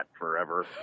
forever